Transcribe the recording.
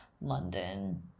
London